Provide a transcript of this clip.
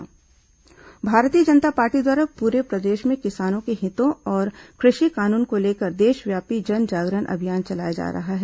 किसान महापंचायत आंदोलन भारतीय जनता पार्टी द्वारा पूरे प्रदेश में किसानों के हितों और कृषि कानुन को लेकर देशव्यापी जन जागरण अभियान चलाया जा रहा है